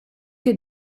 che